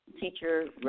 teacher